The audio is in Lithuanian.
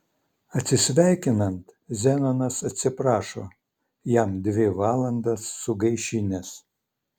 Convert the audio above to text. atsisveikinant zenonas atsiprašo jam dvi valandas sugaišinęs